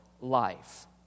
life